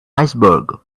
iceberg